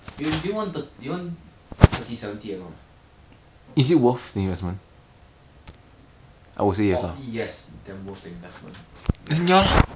but if if you really don't want to pay for the price right err sixteen sixty is ah hang on let me see the sixteen sixty is four hundred dollars